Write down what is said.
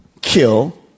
kill